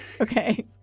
okay